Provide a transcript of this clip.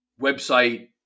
website